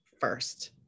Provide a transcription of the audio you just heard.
first